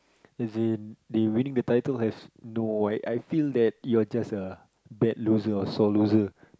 as in they winning the title has no why I feel that you're just a bad loser or sore loser